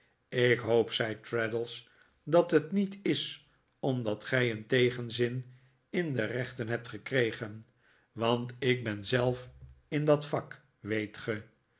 ik hoop zei traddles dat het niet is omdat gij een tegenzin in de rechten hebt gekregen want ik ben zelf in dat vak weet ge